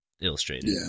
illustrated